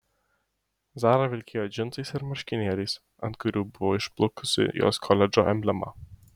zara vilkėjo džinsais ir marškinėliais ant kurių buvo išblukusi jos koledžo emblema